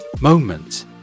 moment